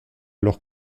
alors